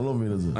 אני לא מבין את זה.